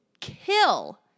kill